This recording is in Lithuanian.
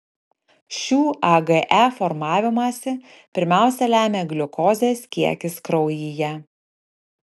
šių age formavimąsi pirmiausia lemia gliukozės kiekis kraujyje